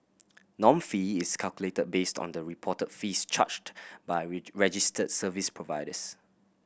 norm fee is calculated based on the reported fees charged by registered service providers